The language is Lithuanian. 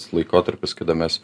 laikotarpis kada mes